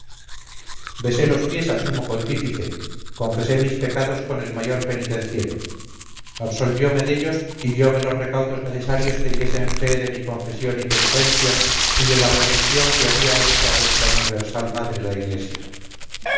fe besé los pies al sumo pontífice confesé mis pecados con el mayor penitenciero absolvióme dellos y diome los recaudos necesarios que diesen fe de mi confesión y penitencia y de la reducción que había hecho a nuestra universal madre la iglesia